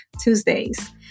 Tuesdays